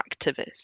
activist